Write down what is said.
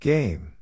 Game